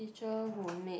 teacher who made